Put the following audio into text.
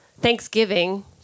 Thanksgiving